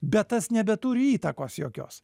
bet tas nebeturi įtakos jokios